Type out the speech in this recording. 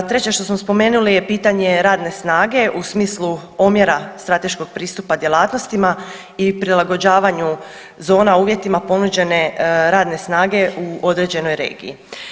Treće što samo spomenuli je pitanje radne snage u smislu omjera strateškog pristupa djelatnostima i prilagođavanju zona uvjetima ponuđene radne snage u određenoj regiji.